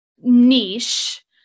niche